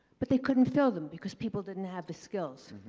but they couldn't fill them because people didn't have the skills,